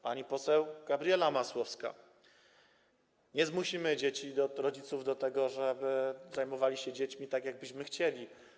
Pani poseł Gabriela Masłowska, nie zmusimy rodziców do tego, żeby zajmowali się dziećmi tak, jakbyśmy chcieli.